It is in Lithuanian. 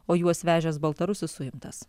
o juos vežęs baltarusis suimtas